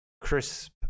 crisp